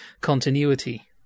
continuity